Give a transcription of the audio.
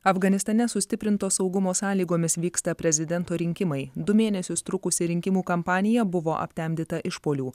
afganistane sustiprinto saugumo sąlygomis vyksta prezidento rinkimai du mėnesius trukusi rinkimų kampanija buvo aptemdyta išpuolių